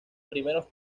primeros